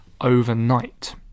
overnight